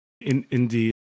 indeed